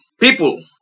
People